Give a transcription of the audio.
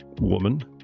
Woman